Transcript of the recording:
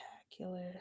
Spectacular